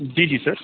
ਜੀ ਜੀ ਸਰ